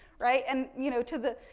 right, and, you know, to the,